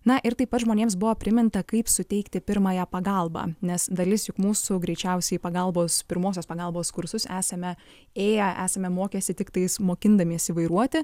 na ir taip pat žmonėms buvo priminta kaip suteikti pirmąją pagalbą nes dalis juk mūsų greičiausiai pagalbos pirmosios pagalbos kursus esame ėję esame mokęsi tiktais mokindamiesi vairuoti